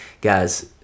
guys